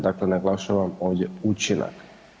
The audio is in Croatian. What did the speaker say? Dakle naglašavam ovdje učinak.